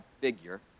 figure